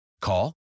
Call